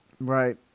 Right